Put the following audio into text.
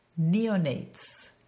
Neonates